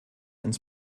ins